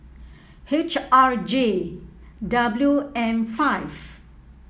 H R J W M five